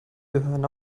gehören